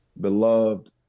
beloved